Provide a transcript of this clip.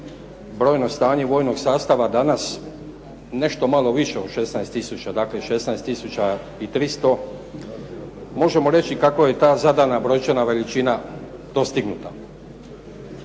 brojno stanje vojnog sastava danas nešto malo više od 16 tisuća, dakle 16 tisuća i 300 možemo reći kako je ta zadana brojčana veličina dostignuta.